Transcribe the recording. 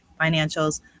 financials